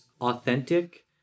authentic